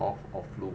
cough or flu